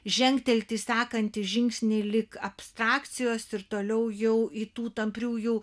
žengtelti sekantį žingsnį lyg abstrakcijos ir toliau jau į tų tampriųjų